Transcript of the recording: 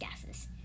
gases